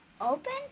Open